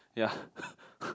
ya